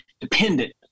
dependent